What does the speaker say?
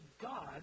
God